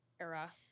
era